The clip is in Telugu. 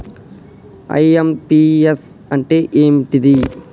ఐ.ఎమ్.పి.యస్ అంటే ఏంటిది?